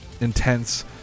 intense